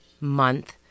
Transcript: month